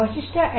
ವಶಿಷ್ಟ ಎಟ್